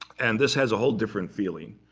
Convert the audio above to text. and this has a whole different feeling,